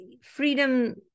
freedom